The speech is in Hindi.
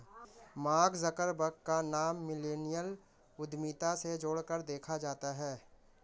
मार्क जुकरबर्ग का नाम मिल्लेनियल उद्यमिता से जोड़कर देखा जाता है